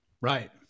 Right